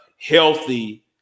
healthy